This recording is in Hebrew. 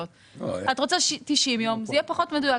לא ניתן יהיה לעשות אותו --- שום דבר.